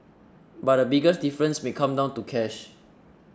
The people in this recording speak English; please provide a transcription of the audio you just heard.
but the biggest difference may come down to cash